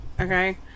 okay